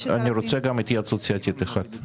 אני רוצה גם התייעצות סיעתית אחת.